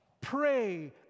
Pray